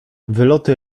wyloty